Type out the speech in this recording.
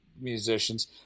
musicians